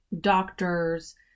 Doctors